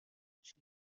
باشیم